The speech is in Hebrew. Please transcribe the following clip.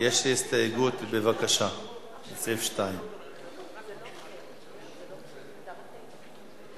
נציג גוף הספורט הרלוונטי לצורך בחינת